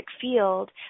field